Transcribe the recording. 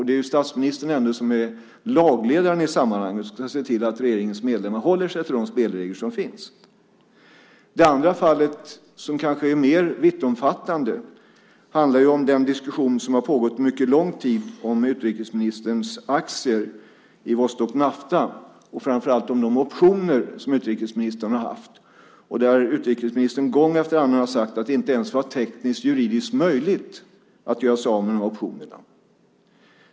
Det är ju ändå statsministern som är lagledaren i sammanhanget och som ska se till att regeringens medlemmar håller sig till de spelregler som finns. Det andra fallet som kanske är mer vittomfattande handlar om den diskussion som har pågått under en mycket lång tid om utrikesministerns aktier i Vostok Nafta och framför allt om de optioner som utrikesministern har haft. Utrikesministern har gång efter annan sagt att det inte ens var tekniskt och juridiskt möjligt att göra sig av med dessa optioner.